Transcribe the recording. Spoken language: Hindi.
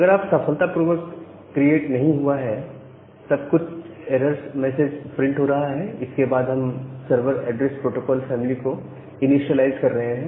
अगर सॉकेट सफलतापूर्वक क्रिएट नहीं हुआ है तब कुछ एरर्स मैसेज प्रिंट हो रहा है इसके बाद हम सर्वर ऐड्रेस प्रोटोकॉल फैमिली को इनीशिएलाइज कर रहे हैं